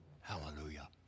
Hallelujah